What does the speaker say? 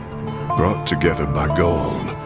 brought together by gold,